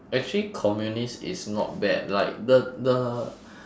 actually communist is not bad like the the